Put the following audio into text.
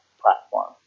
platform